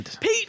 Pete